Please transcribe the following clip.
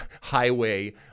highway